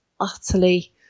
utterly